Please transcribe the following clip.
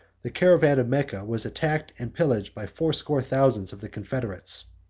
the caravan of mecca was attacked and pillaged by fourscore thousand of the confederates.